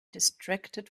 distracted